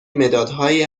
مدادهایی